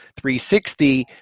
360